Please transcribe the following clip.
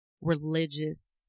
religious